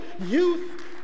youth